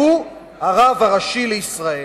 הרב הראשי לישראל.